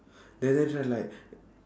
there that's why like